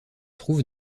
trouve